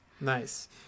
Nice